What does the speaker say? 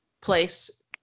place